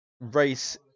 race